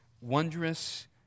wondrous